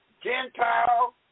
Gentile